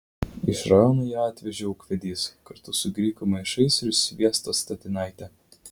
iš rajono ją atvežė ūkvedys kartu su grikių maišais ir sviesto statinaite